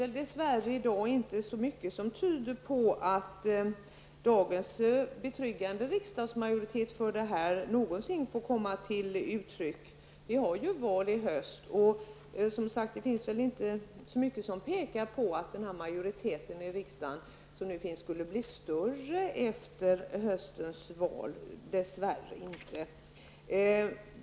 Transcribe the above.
Det finns inte särskilt mycket för närvarande som tyder på att dagens betryggande riksdagsmajoritet här någonsin får komma till uttryck. Det är ju val i höst. Och som sagt, det finns dess värre inte mycket som tyder på att nuvarande majoritet i riksdagen blir större efter höstens val.